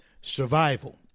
survival